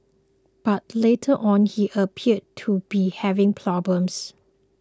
but later on he appeared to be having problems